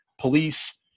police